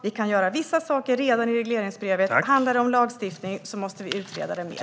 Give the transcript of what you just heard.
Vi kan göra vissa saker redan i regleringsbrevet, men om det handlar om lagstiftning måste vi utreda det mer.